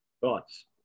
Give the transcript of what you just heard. Thoughts